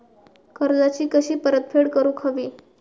कर्जाची कशी परतफेड करूक हवी?